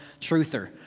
truther